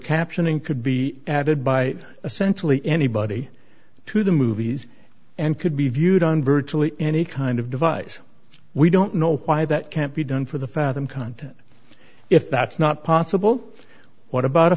captioning could be added by essentially anybody to the movies and could be viewed on virtually any kind of device we don't know why that can't be done for the fathom content if that's not possible what about a